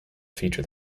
feature